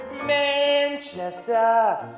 Manchester